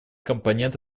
компонент